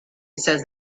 says